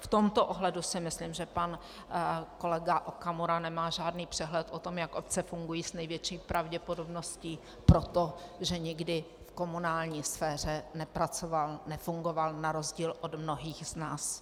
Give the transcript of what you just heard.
V tomto ohledu si myslím, že pan kolega Okamura nemá žádný přehled o tom, jak obce fungují, s největší pravděpodobností proto, že nikdy v komunální sféře nepracoval, nefungoval, na rozdíl od mnohých z nás.